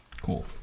cool